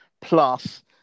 Plus